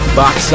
box